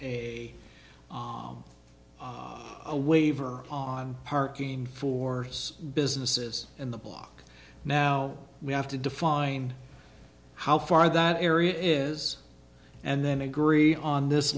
a a waiver on parking for businesses in the block now we have to define how far that area is and then agree on this